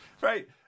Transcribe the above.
right